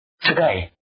today